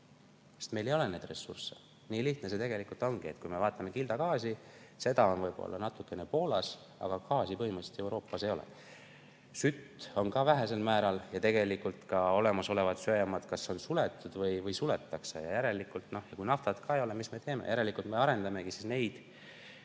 neid [taastuvaid] ressursse. Nii lihtne see tegelikult ongi. Kui me vaatame kildagaasi, siis seda on võib-olla natukene Poolas, aga gaasi põhimõtteliselt Euroopas ei ole. Sütt on ka vähesel määral ja tegelikult on olemasolevad söejaamad kas suletud või suletakse. Ja kui naftat ka ei